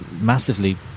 massively